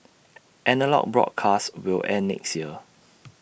analogue broadcasts will end next year